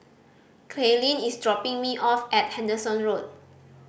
Kaylene is dropping me off at Henderson Road